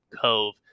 cove